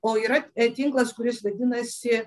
o yra e tinklas kuris vadinasi